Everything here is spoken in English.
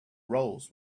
roles